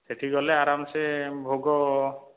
ସେହିଠି ଗଲେ ଆରାମ ସେ ଭୋଗ